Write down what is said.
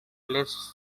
least